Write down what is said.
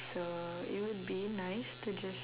so it would be nice to just